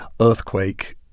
Earthquake